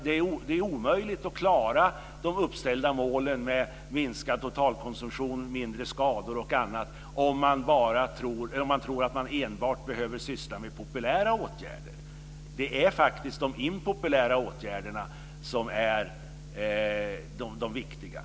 Det är omöjligt att klara de uppställda målen med minskad totalkonsumtion, mindre skador och annat om man tror att man enbart behöver ägna sig åt populära åtgärder. Det är faktiskt de impopulära åtgärderna som är de viktiga.